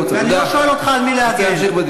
חבר הכנסת טיבי, תצא החוצה מהאולם, בבקשה.